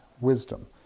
wisdom